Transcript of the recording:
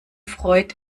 freud